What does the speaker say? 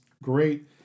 Great